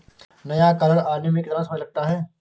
नया कार्ड आने में कितना समय लगता है?